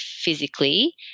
physically